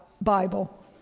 Bible